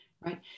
right